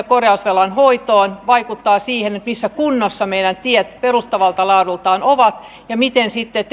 korjausvelan hoitoon vaikuttaa se missä kunnossa meidän tiet perustavalta laadultaan ovat ja miten sitten